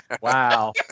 wow